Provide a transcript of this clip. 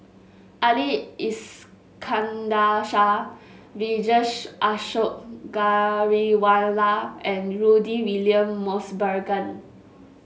Ali Iskandar Shah Vijesh Ashok Ghariwala and Rudy William Mosbergen